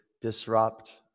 disrupt